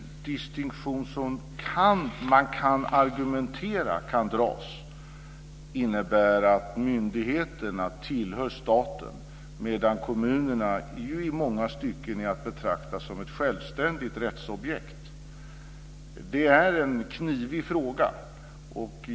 Fru talman! Den distinktion som man kan argumentera kan dras innebär att myndigheterna tillhör staten medan kommunerna i många stycken är att betrakta som självständiga rättsobjekt. Det är en knivig fråga.